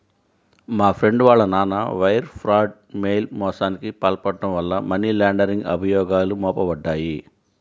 మా ఫ్రెండు వాళ్ళ నాన్న వైర్ ఫ్రాడ్, మెయిల్ మోసానికి పాల్పడటం వల్ల మనీ లాండరింగ్ అభియోగాలు మోపబడ్డాయి